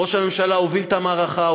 ראש הממשלה הוביל את המערכה,